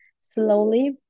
slowly